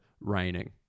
raining